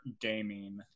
gaming